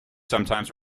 sometimes